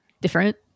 different